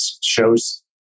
shows